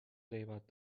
غیبت